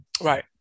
Right